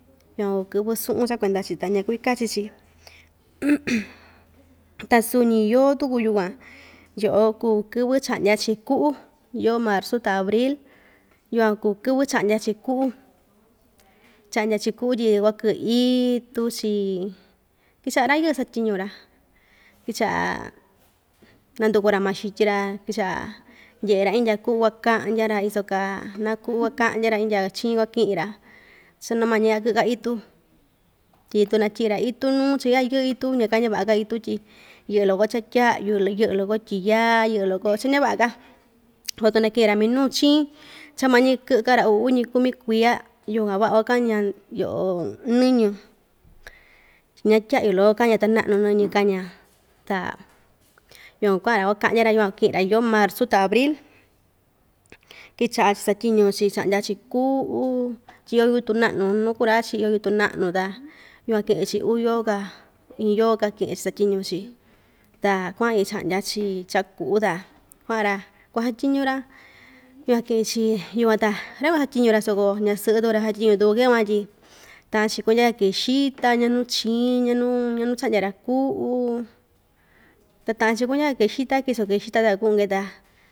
Yukuan kuu kɨvɨ suꞌun cha kuenda‑chi ta ñakuvi kachi‑chi ta suu‑ñi yoo tuku yukuan yoꞌo kuu kɨvɨ chaꞌdya‑chi kuꞌu yoo marzu ta abril yukuan kuu kɨvɨ chaꞌndya‑chi kuꞌu chaꞌndya kuꞌu tyi kuakɨꞌɨ itu‑chi kɨchaꞌa rayɨɨ satyiñu‑ra kichaꞌa nanduku‑ra maxityi‑ra kichaꞌa ndyeꞌe‑ra indya kuꞌu kuakandya‑ra iso kaa naa kuꞌu kua‑kandya‑ra iso kaa naa kuꞌu kuakaꞌndya‑ra intya chiin kua kɨꞌɨ‑ra cha naa mañika kɨꞌɨ itu tyi tuu naa tyiꞌt‑ra itu nuu cha chayaꞌa itu ña kañavaꞌa‑ka itu tyi iyo loko cha tyaꞌyu yɨꞌɨ loko tyiyaa yɨꞌɨ loko cha ñavaꞌa‑ka tu nakɨꞌɨ‑ra minuu chɨɨn cha mañi kɨꞌka‑ra uu uñi kumi kuiya yukuan vaꞌa kuakaña yoꞌo nɨñɨ ñaa tyaꞌyu loko kaña ta naꞌnu kaña ta yukun kuaꞌa‑ra kuakaꞌya‑ra yukuan ñiꞌi‑ra yoo marzu ta abril kɨchaꞌa satyiñu‑chi chaꞌndya‑chi kuꞌu tyi iyo yutun naꞌnu nuu kuraa‑chi iyo yutun naꞌnu ta yukuan kɨꞌɨ‑chi uu yoo‑ka iin yooka kɨꞌɨn‑chi satyiñu‑chi ta kuaꞌa‑ke chaꞌndya‑chi chaꞌa kuꞌu ta kuꞌa‑ra kuasa tyiñu‑ra yukuan ta rakuan satyiñu‑ra soko ñasɨꞌɨ tuku‑ra satyiñu tuku kee van tyi taꞌa‑chi kundyaka‑ke xita ndyaa nuu chiin kunu kunu chaꞌndya‑ra kuꞌu ta taꞌa‑chi cha kuandyaka‑ke xita kiso‑ke xita tya ta kuꞌun‑ke.